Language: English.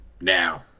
now